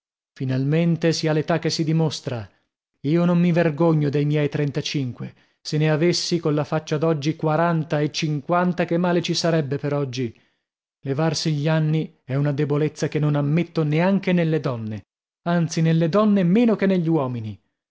finalmente si ha l'età che si dimostra io non mi vergogno dei miei trentacinque se ne avessi colla faccia d'oggi quaranta e cinquanta che male ci sarebbe per oggi levarsi gli anni è una debolezza che non ammetto neanche nelle donne anzi nelle donne meno che negli uomini